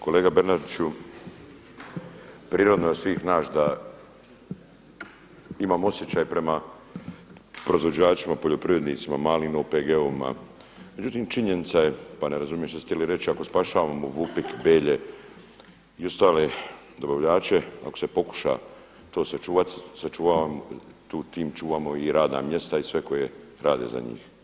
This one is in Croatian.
Kolega Bernardiću prirodno je od svih nas da imam osjećaj prema proizvođačima, poljoprivrednicima, malim OPG-ovima međutim činjenica je pa ne razumijem što ste htjeli reći ako spašavamo VUPIK, Belje i ostale dobavljače, ako se pokuša to sačuvati, tim čuvamo i radna mjesta i sve koje rade za njih.